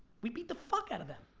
we beat the fuck out of them.